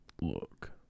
Look